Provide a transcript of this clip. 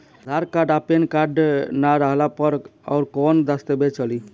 आधार card आ PAN card ना रहला पर अउरकवन दस्तावेज चली?